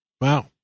Wow